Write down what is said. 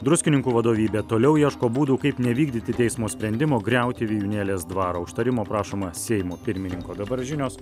druskininkų vadovybė toliau ieško būdų kaip nevykdyti teismo sprendimo griauti vijūnėlės dvarą užtarimo prašoma seimo pirmininko dabar žinios